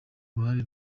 uruhare